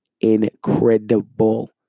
incredible